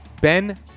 Ben